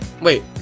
Wait